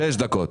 שש דקות.